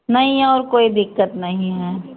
नहीं और कोई दिक्कत नहीं है